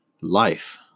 life